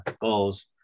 goals